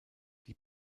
die